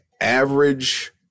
average